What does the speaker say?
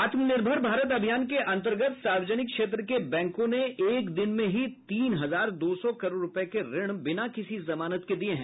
आत्मनिर्भर भारत अभियान के अंतर्गत सार्वजनिक क्षेत्र के बैंकों ने एक दिन में ही तीन हजार दो सौ करोड रूपये के ऋण बिना किसी जमानत के दिये हैं